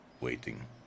Waiting